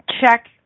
check